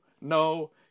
no